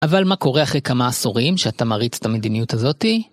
אבל מה קורה אחרי כמה עשורים שאתה מריץ את המדיניות הזאתי?